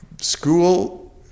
school